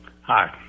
Hi